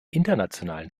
internationalen